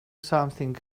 something